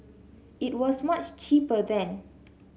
it was much cheaper then